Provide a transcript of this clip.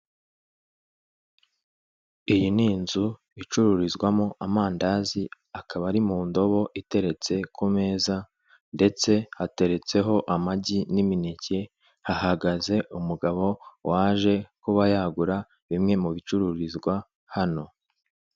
Iyi ni inzu icururizwamo amandazi akaba ari mu ndobo iteretse ku meza ndetse hateretseho amagi n'imineke hahagaze umugabo waje kuba yagura bimwe mubicururizwa hano.